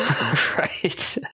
Right